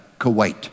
Kuwait